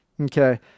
okay